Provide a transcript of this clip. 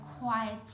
quiet